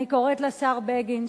אני קוראת לשר בגין,